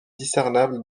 discernable